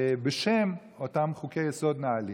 בשם אותם חוקי-יסוד נעלים.